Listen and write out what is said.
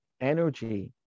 energy